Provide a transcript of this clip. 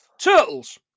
Turtles